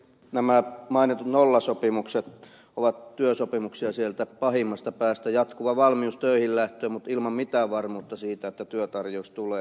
nämä mainitut nollasopimukset ovat työsopimuksia sieltä pahimmasta päästä jatkuva valmius töihin lähtöön mutta ilman mitään varmuutta siitä että työtarjous tulee